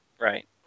Right